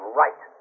right